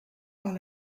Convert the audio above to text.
par